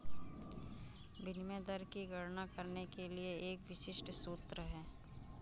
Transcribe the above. विनिमय दर की गणना करने के लिए एक विशिष्ट सूत्र है